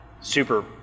super